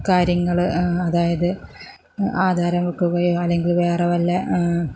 കാര്യങ്ങള് അതായത് ആധാരം വയ്ക്കുകയോ അല്ലെങ്കിൽ വേറെ വല്ല